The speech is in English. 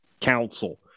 Council